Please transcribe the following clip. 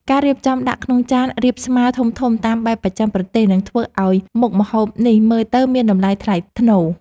ការរៀបចំដាក់ក្នុងចានរាបស្មើធំៗតាមបែបបស្ចិមប្រទេសនឹងធ្វើឱ្យមុខម្ហូបនេះមើលទៅមានតម្លៃថ្លៃថ្នូរ។